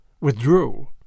withdrew